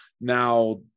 now